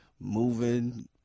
moving